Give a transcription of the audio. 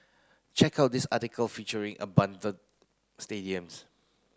check out this article featuring abundant stadiums